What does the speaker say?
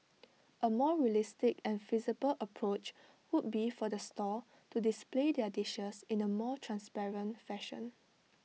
A more realistic and feasible approach would be for the stall to display their dishes in A more transparent fashion